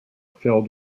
filled